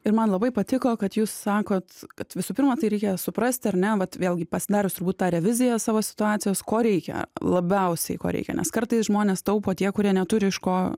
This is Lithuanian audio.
ir man labai patiko kad jūs sakot kad visų pirma tai reikia suprast ar ne vat vėlgi pasidarius turbūt tą reviziją savo situacijos ko reikia labiausiai ko reikia nes kartais žmonės taupo tie kurie neturi iš ko